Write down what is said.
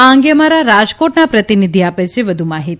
આ અંગે અમારા રાજકોટના પ્રતિનિધિ આપે છે વધુ માહિતી